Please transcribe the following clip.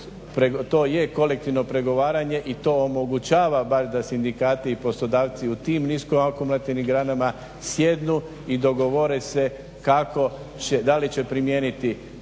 to je kolektivno pregovaranje i to omogućava bar da sindikati i poslodavci u tim niskoakumulativnim granama sjednu i dogovore se kako da li će primijeniti